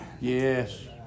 Yes